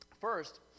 First